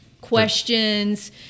questions